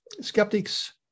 skeptics